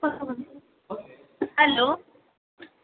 hello